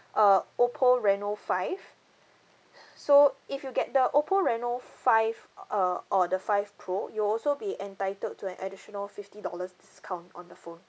uh oppo reno five so if you get the oppo reno five uh or the five pro you'll also be entitled to an additional fifty dollars discount on the phone